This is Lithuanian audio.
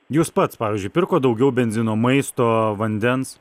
jūs pats pavyzdžiui pirkot daugiau benzino maisto vandens